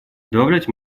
добавлять